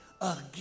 again